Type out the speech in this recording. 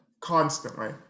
Constantly